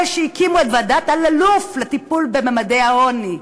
אלה שהקימו את ועדת אלאלוף לטיפול בממדי העוני,